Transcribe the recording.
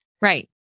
Right